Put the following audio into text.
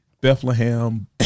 Bethlehem